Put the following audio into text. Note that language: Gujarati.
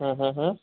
હં હં હં